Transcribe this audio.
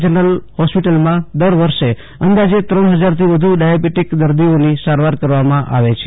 general હોસ્પિટલમાં દર વર્ષે અંદાજે ત્રણ હજારથી વધુ ડાયાબીટીક દર્દીઓની સારવાર કરવામાં આવે છે